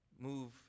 move